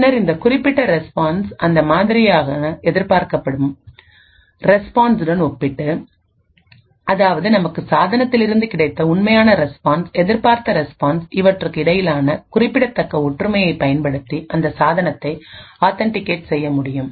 பின்னர் இந்த குறிப்பிட்ட ரெஸ்பான்ஸ் அந்த மாதிரியான எதிர்பார்க்கப்படும் ரெஸ்பான்ஸ் உடன் ஒப்பிட்டு அதாவது நமக்கு சாதனத்திலிருந்து கிடைத்த உண்மையான ரெஸ்பான்ஸ் எதிர்ப்பார்த்த ரெஸ்பான்ஸ் இவற்றுக்கு இடையிலான குறிப்பிடத்தக்க ஒற்றுமையைப் பயன்படுத்தி அந்த சாதனத்தை ஆத்தன்டிகேட் செய்ய முடியும்